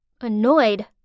Annoyed